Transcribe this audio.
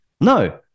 No